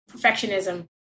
perfectionism